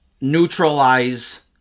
neutralize